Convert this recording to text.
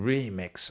Remix